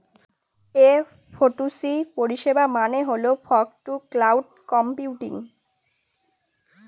F two C পরিষেবা মানে হল ফগ টু ক্লাউড কম্পিউটিং